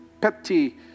petty